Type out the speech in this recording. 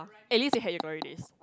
at least you had your glory days